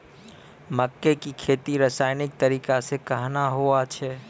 मक्के की खेती रसायनिक तरीका से कहना हुआ छ?